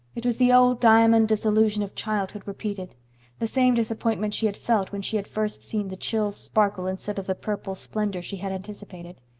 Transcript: it was the old diamond disillusion of childhood repeated the same disappointment she had felt when she had first seen the chill sparkle instead of the purple splendor she had anticipated.